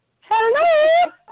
Hello